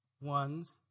ones